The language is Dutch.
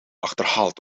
achterhaalt